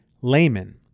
layman